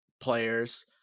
players